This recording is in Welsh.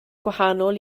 gwahanol